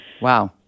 Wow